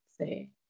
say